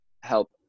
help